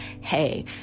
hey